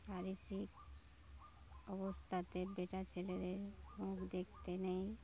অবস্থাতে বেটা ছেলেদের মুখ দেখতে নেই